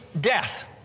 Death